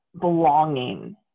belonging